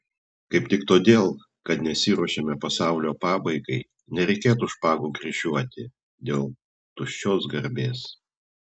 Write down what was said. kaip tik todėl kad nesiruošiame pasaulio pabaigai nereikėtų špagų kryžiuoti dėl tuščios garbės